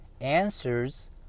answers